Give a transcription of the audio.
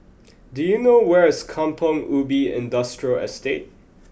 do you know where is Kampong Ubi Industrial Estate